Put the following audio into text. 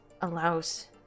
allows